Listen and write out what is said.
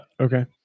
Okay